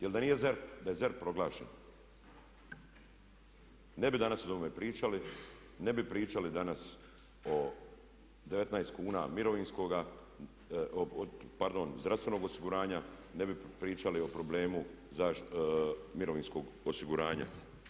Jer da nije ZERP, da je ZERP proglašen ne bi danas o ovome pričali, ne bi pričali danas o 19 kuna mirovinskoga, pardon zdravstvenog osiguranja, ne bi pričali o problemu mirovinskog osiguranja.